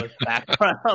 background